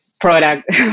product